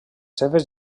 seves